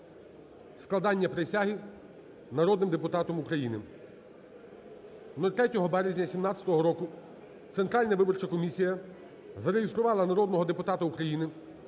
складення присяги народним депутатом України.